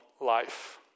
life